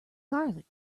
garlic